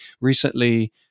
recently